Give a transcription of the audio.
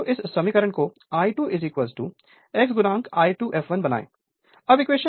तो I2 इस समीकरण को I2 x I2 fl बनाएँ